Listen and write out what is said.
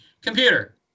Computer